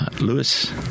Lewis